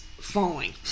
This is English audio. falling